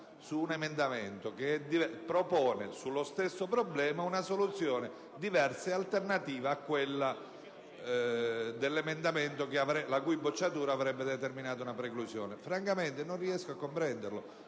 su un emendamento che, su uno stesso problema, propone una soluzione diversa ed alternativa a quella prevista dall'emendamento la cui bocciatura avrebbe determinato una preclusione. Francamente, non riesco a comprendere.